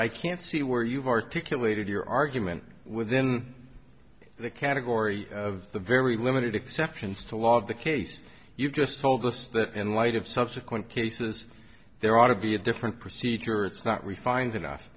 i can't see where you've articulated your argument within the category of the very limited exceptions to a lot of the cases you've just told us that in light of subsequent cases there ought to be a different procedure it's not refined enough